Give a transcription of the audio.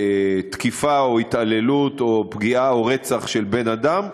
לתקיפה או התעללות או פגיעה או רצח של בן-אדם,